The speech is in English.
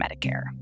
Medicare